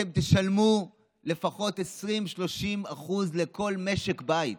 אתם תשלמו לפחות 20% 30% לכל משק בית?